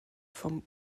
vom